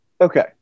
okay